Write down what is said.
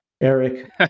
Eric